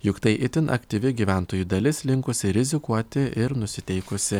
juk tai itin aktyvi gyventojų dalis linkusi rizikuoti ir nusiteikusi